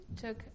Took